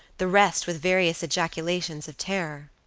the rest with various ejaculations of terror.